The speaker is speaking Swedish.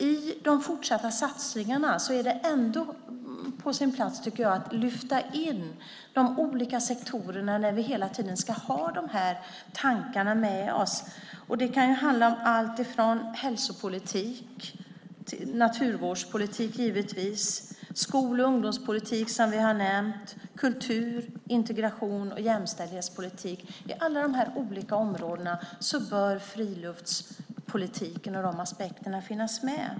Jag tycker att det är på sin plats att lyfta in de olika sektorerna i de fortsatta satsningarna där vi hela tiden ska ha de här tankarna med oss. Det kan handla om alltifrån hälsopolitik, naturvårdspolitik, skol och ungdomspolitik till kultur-, integrations och jämställdhetspolitik. På alla de här olika områdena bör friluftspolitiken och de aspekterna finnas med.